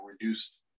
reduced